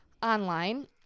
online